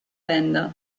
venda